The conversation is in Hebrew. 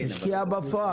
השקיע בפועל.